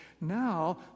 Now